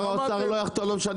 שר האוצר לא יחתום.